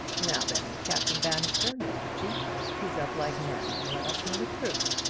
now, then, captain bannister and mr. cheape, speak up like men and let us know the truth.